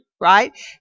right